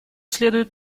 следует